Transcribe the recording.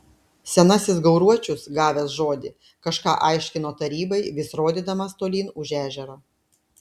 senasis gauruočius gavęs žodį kažką aiškino tarybai vis rodydamas tolyn už ežero